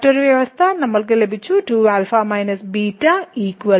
മറ്റൊരു വ്യവസ്ഥ നമ്മൾക്ക് 2α β 6 ലഭിച്ചു